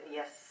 yes